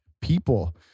people